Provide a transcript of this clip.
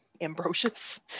Ambrosius